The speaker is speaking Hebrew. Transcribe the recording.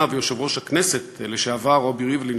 ויושב-ראש הכנסת לשעבר רובי ריבלין,